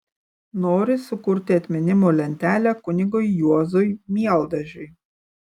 nori sukurti atminimo lentelę kunigui juozui mieldažiui